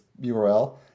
URL